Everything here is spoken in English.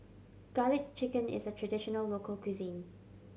Garlic Chicken is a traditional local cuisine